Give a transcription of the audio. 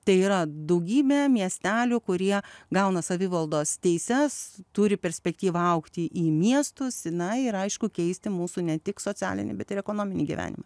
tai yra daugybė miestelių kurie gauna savivaldos teises turi perspektyvą augti į miestus na ir aišku keisti mūsų ne tik socialinį bet ir ekonominį gyvenimą